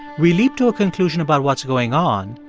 we leap to a conclusion about what's going on,